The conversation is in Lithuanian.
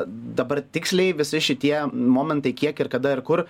dabar tiksliai visi šitie momentai kiek ir kada ir kur